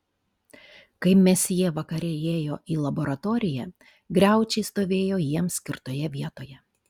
kai mesjė vakare įėjo į laboratoriją griaučiai stovėjo jiems skirtoje vietoje